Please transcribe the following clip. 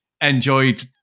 enjoyed